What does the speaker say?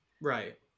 right